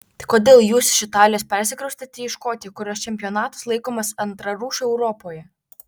tai kodėl jūs iš italijos persikraustėte į škotiją kurios čempionatas laikomas antrarūšiu europoje